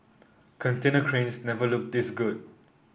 container cranes never looked this good